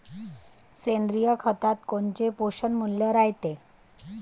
सेंद्रिय खतात कोनचे पोषनमूल्य रायते?